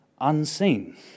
unseen